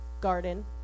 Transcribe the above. garden